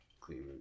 clean